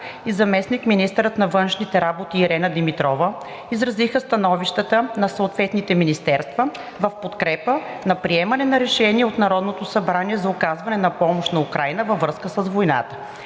и заместник-министърът на външните работи Ирена Димитрова изразиха становищата на съответните министерства в подкрепа на приемане на решение от Народното събрание за оказване на помощ на Украйна във връзка с войната.